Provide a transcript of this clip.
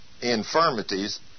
infirmities